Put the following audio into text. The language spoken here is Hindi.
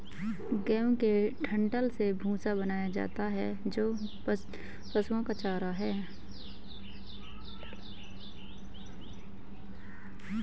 गेहूं के डंठल से भूसा बनाया जाता है जो पशुओं का चारा है